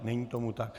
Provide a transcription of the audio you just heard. Není tomu tak.